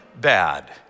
bad